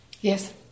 yes